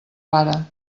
vara